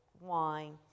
wine